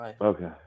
Okay